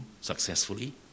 successfully